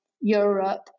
Europe